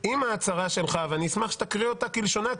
אם ההצהרה שלך ואני אשמח שתקריא אותה כלשונה,